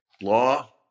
Law